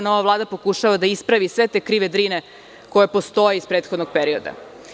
Nova Vlada pokušava da ispravi sve te „krive Drine“ koje postoje iz prethodnog perioda.